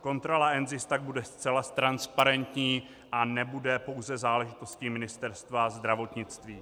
Kontrola NZIS tak bude zcela transparentní a nebude pouze záležitostí Ministerstva zdravotnictví.